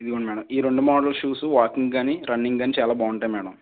ఇదిగోండి మ్యాడం ఈ రెండు మోడల్ షూసు వాకింగ్కు కానీ రన్నింగ్కు కానీ చాలా బాగుంటాయ్ మ్యాడం